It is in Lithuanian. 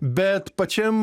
bet pačiam